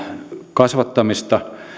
kasvattamista